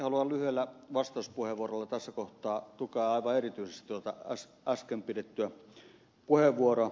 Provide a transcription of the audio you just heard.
haluan lyhyellä vastauspuheenvuorolla tässä kohtaa tukea aivan erityisesti äsken pidettyä puheenvuoroa